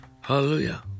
Hallelujah